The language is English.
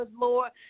Lord